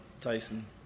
Tyson